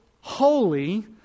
holy